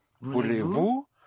Voulez-vous